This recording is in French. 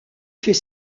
fait